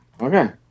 Okay